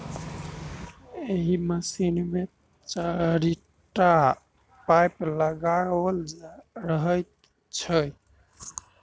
एहि मशीन मे चारिटा पाइप लगाओल रहैत छै